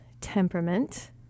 temperament